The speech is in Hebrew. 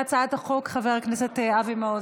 מתנגד נוסף להצעת החוק, חבר הכנסת אבי מעוז.